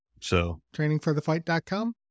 Trainingforthefight.com